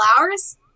hours